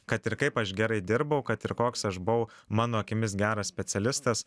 kad ir kaip aš gerai dirbau kad ir koks aš buvau mano akimis geras specialistas